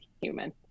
human